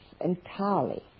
entirely